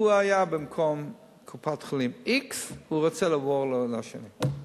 במקום להיות בקופת-חולים x הוא רוצה לעבור לשנייה.